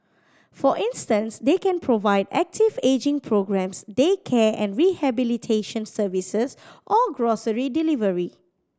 for instance they can provide active ageing programmes daycare and rehabilitation services or grocery delivery